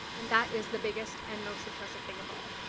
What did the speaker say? and that is the biggest and most important thing of all.